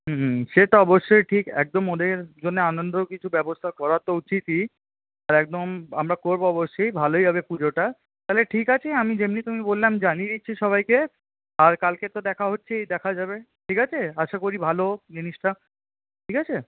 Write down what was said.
হুম হুম সেটা অবশ্যই ঠিক একদম ওদের জন্যে আনন্দ কিছু ব্যবস্থা করা তো উচিৎই আর একদম আমরা করব অবশ্যই ভালোই হবে পুজোটা তাহলে ঠিক আছে আমি যেমনি তুমি বললাম জানিয়ে দিচ্ছি সবাইকে আর কালকে তো দেখা হচ্ছেই দেখা যাবে ঠিক আছে আশা করি ভালো জিনিসটা ঠিক আছে